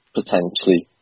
potentially